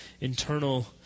internal